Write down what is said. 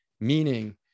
meaning